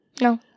No